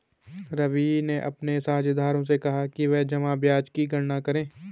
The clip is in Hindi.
रवि ने अपने साझेदारों से कहा कि वे जमा ब्याज की गणना करें